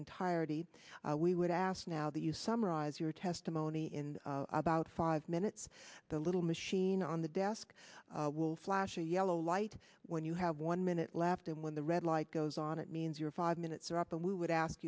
entirety we would ask now that you summarize your testimony in about five minutes the little machine on the desk will flash a yellow light when you have one minute left then when the red light goes on it means your five minutes are up but we would ask